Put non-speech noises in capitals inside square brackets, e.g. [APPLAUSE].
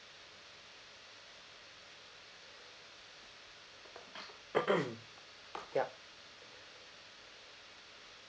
[NOISE] yup